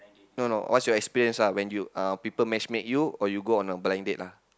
no no what's your experience ah when uh people match make you or you go on a blind date lah